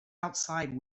outside